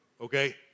okay